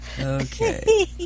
Okay